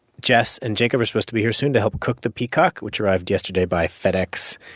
jess and jacob are supposed to be here soon to help cook the peacock, which arrived yesterday by fedex.